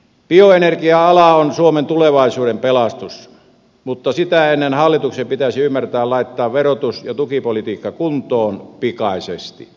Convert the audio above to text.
bioenergia ala on suomen tulevaisuuden pelastus mutta sitä ennen hallituksen pitäisi ymmärtää laittaa verotus ja tukipolitiikka kuntoon pikaisesti